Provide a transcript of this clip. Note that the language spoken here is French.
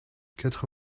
quatre